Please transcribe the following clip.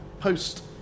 post